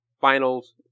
finals